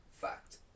Fact